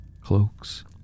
cloaks